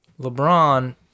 LeBron –